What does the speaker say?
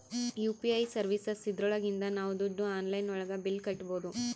UPI services ಇದ್ರೊಳಗಿಂದ ನಾವ್ ದುಡ್ಡು ಆನ್ಲೈನ್ ಒಳಗ ಬಿಲ್ ಕಟ್ಬೋದೂ